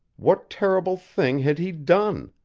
what terrible thing had he done?